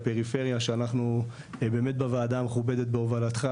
לפריפריה שאנחנו באמת בוועדה המכובדת ובהובלתך